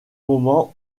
moment